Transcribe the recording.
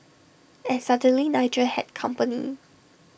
and suddenly Nigel had company